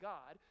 God